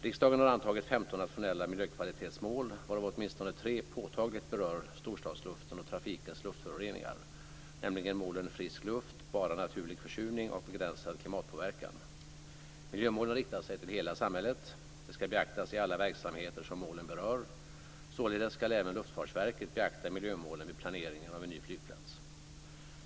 Riksdagen har antagit 15 nationella miljökvalitetsmål, varav åtminstone tre påtagligt berör storstadsluften och trafikens luftföroreningar, nämligen Frisk luft, Bara naturlig försurning och Begränsad klimatpåverkan. Miljömålen riktar sig till hela samhället. De ska beaktas i alla verksamheter som målen berör. Således ska även Luftfartsverket beakta miljömålen vid planeringen av en ny flygplats.